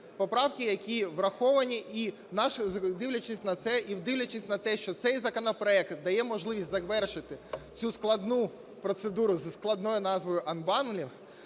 поправки, які враховані. І дивлячись на те, що цей законопроект дає можливість завершити цю складну процедуру зі складною назвою "анбандлінг",